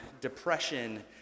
depression